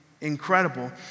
incredible